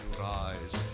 rise